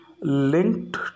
linked